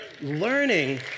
learning